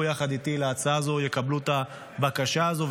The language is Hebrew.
יחד איתי להצעה הזו יקבלו את הבקשה הזו,